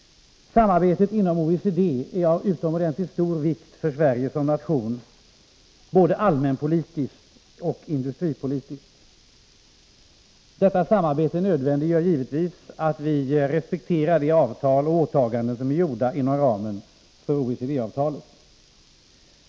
Samarbetet inom OECD är av utomordentligt stor vikt för Sverige som nation, både allmänpolitiskt och industripolitiskt. Detta samarbete nödvändiggör givetvis att vi respekterar de avtal och åtaganden som är gjorda inom ramen för OECD-avtalet.